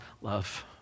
love